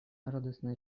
радостно